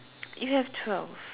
you have twelve